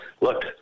look